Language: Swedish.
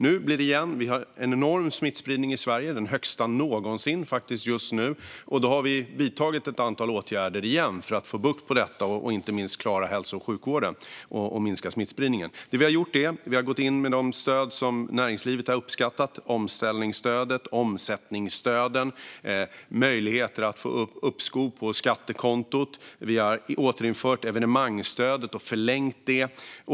Just nu har vi en enorm smittspridning i Sverige, den högsta någonsin, och då har vi återigen vidtagit ett antal åtgärder för att få bukt med detta och minska smittspridningen, inte minst för att klara hälso och sjukvården. Det vi har gjort är att gå in med de stöd som näringslivet har uppskattat, det vill säga omställningsstödet, omsättningsstöden och möjligheter att få uppskov på skattekontot. Vi har återinfört evenemangsstödet och förlängt det.